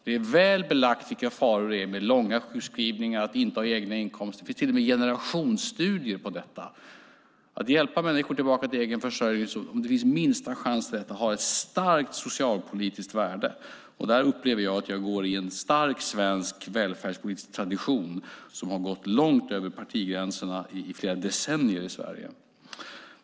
Det är väl belagt vilka faror det finns med långa sjukskrivningar och att inte ha egna inkomster. Det finns till och med generationsstudier på detta. Om det finns minsta chans att hjälpa människor tillbaka till egen försörjning har det ett starkt socialpolitiskt värde. Där upplever jag att jag går i en stark svensk välfärdspolitisk tradition som har gått långt över partigränserna i flera decennier i Sverige.